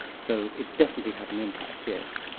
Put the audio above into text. so it definitely had an impact, yes.